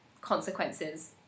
consequences